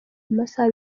masaha